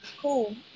Cool